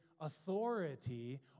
authority